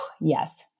Yes